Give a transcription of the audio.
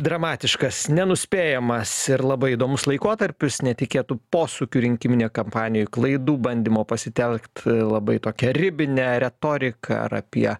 dramatiškas nenuspėjamas ir labai įdomus laikotarpis netikėtų posūkių rinkiminėj kampanijoj klaidų bandymo pasitelkt labai tokią ribinę retoriką ar apie